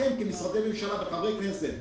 אתם כמשרדי הממשלה וחברי הכנסת,